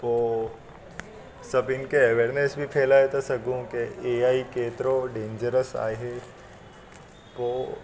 पोइ सभिनि खे अवेयरनेस बि फैलाए था सघूं की ए आई केतिरो डेंजरस आहे पोइ